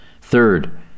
Third